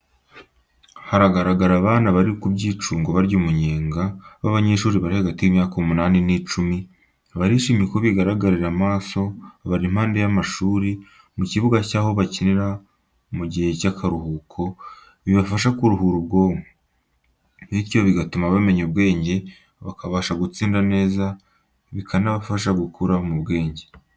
Haragara abana bari ku byicungo barya umunyenga b'abanyeshuri bari hagati y'imyaka umunani n'icumi, barishimye uko bigaragarira amaso bari impande y'amashuri, mu kibuga cyaho bakinira mu gihe cyakaruhuko bibafasha kuruhura Ubwonko, bityo bigatuma bamenya ubwenge bakabasha gutsinda neza, bikanafasha gukura mu bwenge.